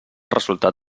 resultat